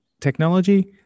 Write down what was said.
technology